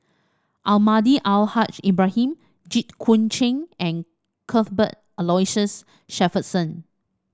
Almahdi Al Haj Ibrahim Jit Koon Ch'ng and Cuthbert Aloysius Shepherdson